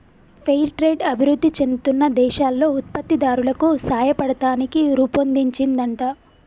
fair trade అభివృధి చెందుతున్న దేశాల్లో ఉత్పత్తి దారులకు సాయపడతానికి రుపొన్దించిందంట